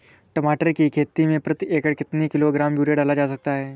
टमाटर की खेती में प्रति एकड़ कितनी किलो ग्राम यूरिया डाला जा सकता है?